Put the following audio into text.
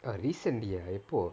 ah recently ah எப்போ:eppo